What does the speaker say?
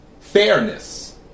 fairness